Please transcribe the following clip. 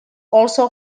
also